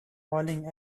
falling